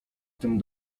tym